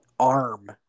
arm